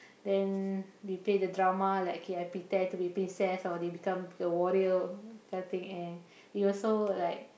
then we play the drama like K I pretend to be princess or they become a warrior that kind of thing and we also like